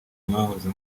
mwahoze